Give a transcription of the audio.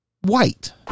white